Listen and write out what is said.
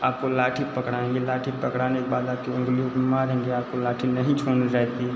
आपको लाठी पकड़ाएँगे लाठी पकड़ाने के बाद आपकी उंगलियों पर मारेंगे आपको लाठी नहीं छोड़नी रहती